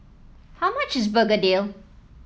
how much is Begedil